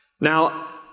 Now